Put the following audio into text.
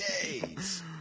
days